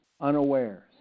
unawares